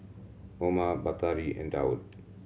Umar Batari and Daud